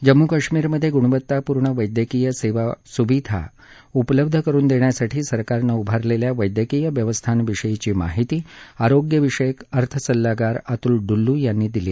जम्मू काश्मीरमध्ये गुणवत्तापूर्ण वैद्यकीय सेवा सुविधा उपलब्ध करून देण्यासाठी सरकारनं उभारलेल्या वैद्यकीय व्यवस्थांविषयीची माहिती आरोग्यविषयक अर्थसल्लागार अतुल डुल्लू यांनी दिली